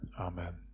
Amen